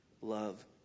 love